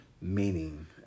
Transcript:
meaning